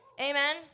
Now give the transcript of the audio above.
Amen